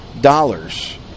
dollars